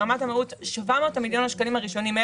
ברמת המהות 700 מיליון השקלים הראשונים,